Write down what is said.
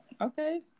Okay